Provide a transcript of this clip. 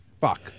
Fuck